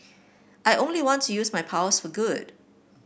I only want to use my powers for good